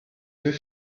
deux